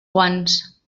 guants